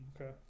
okay